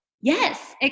yes